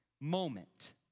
moment